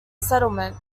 settlement